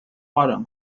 发展